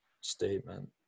statement